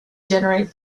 generate